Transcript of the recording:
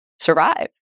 survive